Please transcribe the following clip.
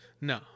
no